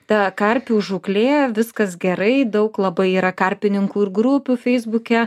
ta karpių žūklė viskas gerai daug labai yra karpininkų ir grupių feisbuke